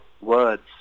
words